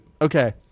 Okay